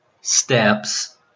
steps